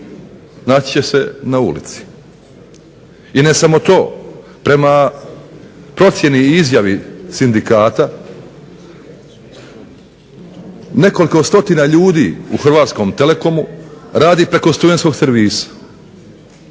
naći će se na ulici. I ne samo to, prema procjeni i izjavi sindikata nekoliko stotina ljudi u Hrvatskom telekomu radi preko studentskog servisa,